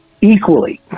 equally